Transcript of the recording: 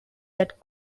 that